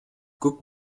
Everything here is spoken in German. guck